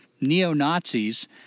neo-Nazis